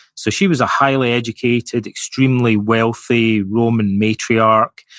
so, she was a highly educated, extremely wealthy roman matriarch.